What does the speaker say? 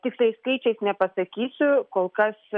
tiksliais skaičiais nepasakysiu kol kas